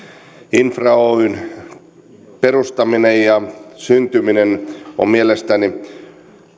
infra oyn perustaminen ja syntyminen on mielestäni